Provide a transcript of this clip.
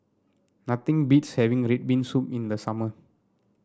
nothing beats having red bean soup in the summer